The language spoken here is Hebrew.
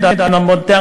עם כלכלה מודרנית.